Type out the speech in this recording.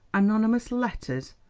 anonymous letters!